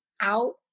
out